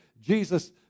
Jesus